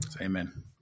Amen